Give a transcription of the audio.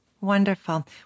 Wonderful